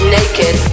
naked